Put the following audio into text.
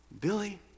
Billy